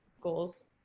goals